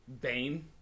Bane